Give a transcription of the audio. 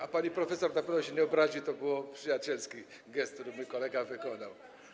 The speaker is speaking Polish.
A pani profesor na pewno się nie obrazi - to był przyjacielski gest, który mój kolega wykonał.